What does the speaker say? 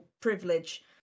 privilege